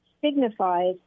signifies